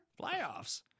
Playoffs